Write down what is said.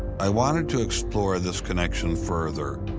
i wanted to explore this connection further,